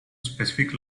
specific